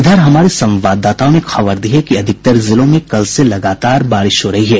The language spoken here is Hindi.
इधर हमारे संवाददाताओं ने खबर दी है कि अधिकांश जिलों में कल से लगातार बारिश हो रही है